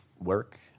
work